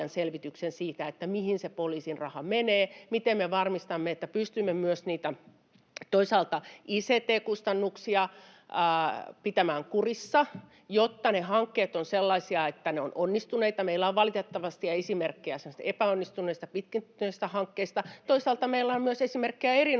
siitä, mihin se poliisin raha menee, miten me varmistamme, että pystymme myös toisaalta ict-kustannuksia pitämään kurissa, jotta ne hankkeet ovat sellaisia, että ne ovat onnistuneita. Meillä on valitettavasti esimerkkejä semmoisista epäonnistuneista pitkittyneistä hankkeista. Toisaalta meillä on myös esimerkkejä